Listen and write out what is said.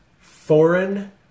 foreign